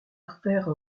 artère